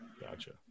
Gotcha